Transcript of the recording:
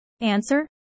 Answer